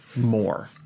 more